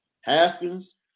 Haskins